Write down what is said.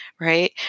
right